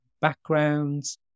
backgrounds